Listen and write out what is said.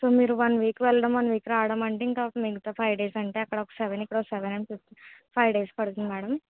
so మీరు one week వెళ్ళి one week రావడం అంటే మిగతా ఫైవ్ డేస్ అంటే అక్కడొక సెవెన్ ఇక్కడొక సెవెన్ ఫైవ్ డేస్ పడుతుంది మేడం